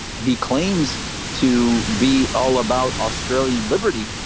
he claims to be all about australian liberty,